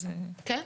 אז --- כן,